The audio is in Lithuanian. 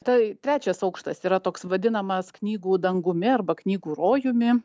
tai trečias aukštas yra toks vadinamas knygų dangumi arba knygų rojumi